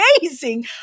Amazing